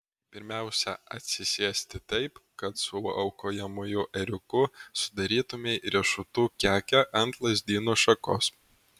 pirmiausia atsisėsti taip kad su aukojamuoju ėriuku sudarytumei riešutų kekę ant lazdyno šakos